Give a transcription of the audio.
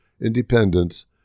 independence